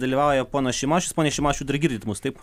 dalyvauja ponas šimašius pone šimašiau dar girdit mus taip